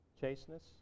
chasteness